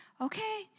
Okay